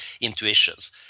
intuitions